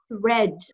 thread